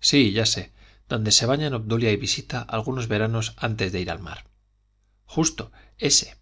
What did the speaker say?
sí ya sé donde se bañan obdulia y visita algunos veranos antes de ir al mar justo ese